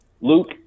Luke